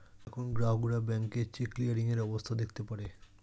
এখন গ্রাহকরা ব্যাংকে চেক ক্লিয়ারিং এর অবস্থা দেখতে পারে